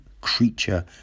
creature